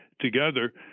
together